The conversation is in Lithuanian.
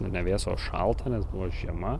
ne vėsu o šalta nes buvo žiema